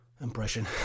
Impression